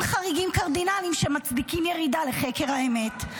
חריגים קרדינליים שמצדיקים ירידה לחקר האמת,